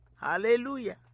Hallelujah